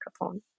microphone